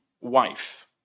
wife